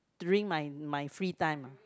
during my my free time ah